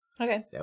Okay